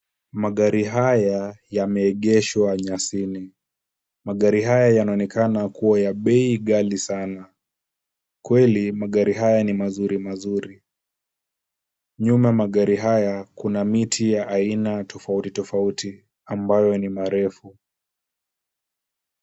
Magari haya yameegeshwa nyasini. Magari haya yanaonekana kuwa ya bei ghali sana. Kweli magari haya ni mazuri mazuri, nyuma magari haya Kuna miti ya aina tofauti tofauti ambayo ni marefu.